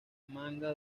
manga